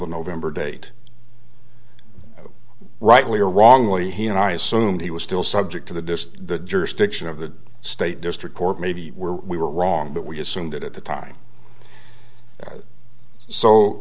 the november date rightly or wrongly he and i assume he was still subject to the disk the jurisdiction of the state district court maybe we're we were wrong but we assumed it at the time so